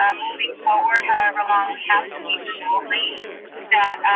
um moving forward however long we have to be remotely that